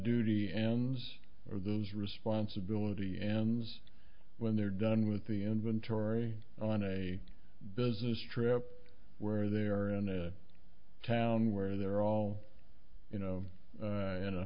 duty ends or those responsibility ends when they're done with the inventory on a business trip where they're in a town where they're all you know in a